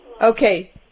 Okay